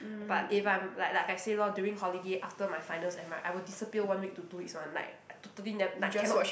but if I'm like like I said lor during holiday after my finals and I I will disappear one week to two weeks one like I totally ne~ like cannot